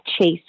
chase